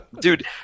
Dude